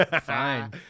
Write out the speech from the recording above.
Fine